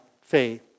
faith